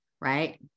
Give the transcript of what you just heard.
right